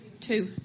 Two